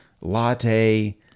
latte